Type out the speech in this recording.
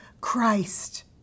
Christ